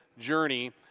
Journey